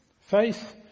Faith